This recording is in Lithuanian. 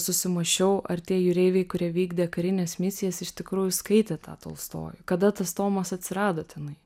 susimąsčiau ar tie jūreiviai kurie vykdė karines misijas iš tikrųjų skaitė tą tolstojų kada tas tomas atsirado tenai